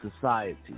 society